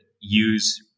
use